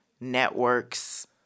networks